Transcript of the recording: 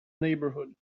neighbourhood